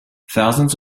thousands